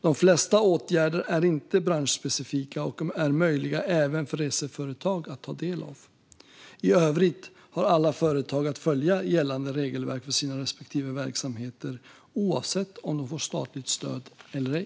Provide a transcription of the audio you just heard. De flesta åtgärder är inte branschspecifika och är möjliga även för reseföretag att ta del av. I övrigt har alla företag att följa gällande regelverk för sina respektive verksamheter oavsett om de får statligt stöd eller ej.